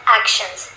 actions